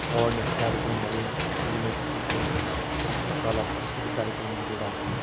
awareness कार्यक्रमहरू विभिन्न किसिमको कला संस्कृति कार्यक्रमहरू राख्न